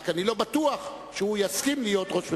רק אני לא בטוח שהוא יסכים להיות ראש ממשלה.